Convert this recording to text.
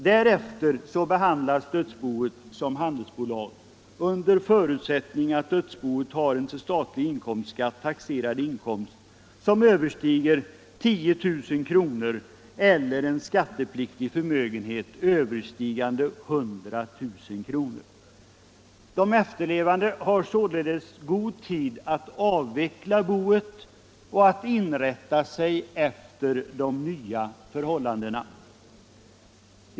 Därefter behandlas dödsboet som handelsbolag under förutsättning att det har en till statlig inkomstskatt taxerad inkomst som överstiger 10 000 kr. eller en skattepliktig förmögenhet överstigande 100 000 kr. De efterlevande har således god tid att avveckla boet och inrätta sig efter de nya förhållandena.